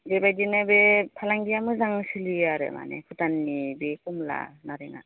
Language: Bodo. बेबायदिनो बे फालांगिया मोजां सोलियो आरो मानि भुटाननि बे खमला नारेंआ